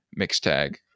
mixtag